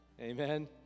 amen